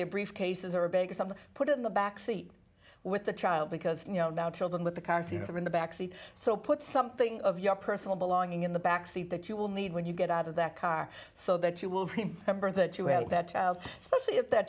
their briefcases are big something put in the back seat with the child because you know now children with the car seats are in the back seat so put something of your personal belongings in the back seat that you will need when you get out of that car so that you will remember that you have that specially if that